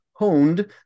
honed